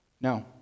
No